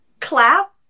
clap